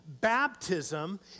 baptism